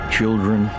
Children